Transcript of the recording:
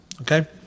okay